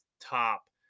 top